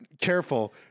careful